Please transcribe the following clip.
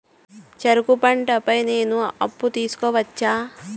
చెరుకు పంట పై నేను అప్పు తీసుకోవచ్చా?